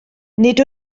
nid